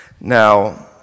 Now